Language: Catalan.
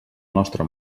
nostre